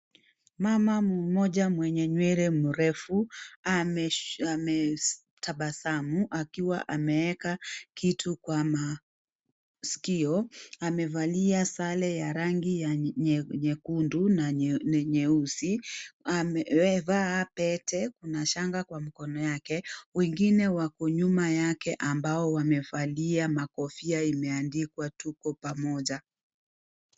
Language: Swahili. Mama mmoja mwenye nywele mrefu ametabasamu akiwa ameweka kitu kwa masikio. Amevalia sare ya rangi nyekundu na nyeusi. Amevaa pete na shanga kwa mkono yake. Wengine wako nyuma yake ambayo wamevalia makofia imeandikwa "Tuko pamoja".